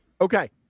Okay